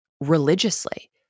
religiously